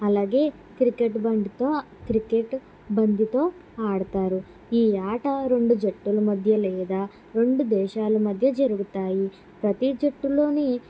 అలాగే క్రికెట్ బంతితో క్రికెట్ బంతితో ఆడతారు ఈ ఆట రెండు జట్టుల మధ్య లేదా రెండు దేశాల మధ్య జరుగుతాయి ప్రతి జట్టులోని